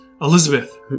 Elizabeth